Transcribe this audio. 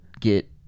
get